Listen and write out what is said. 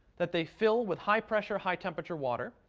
that they fill with high-pressure, high-temperature water.